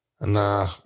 Nah